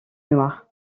noires